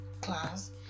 class